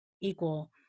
equal